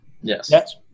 Yes